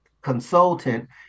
consultant